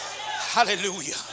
Hallelujah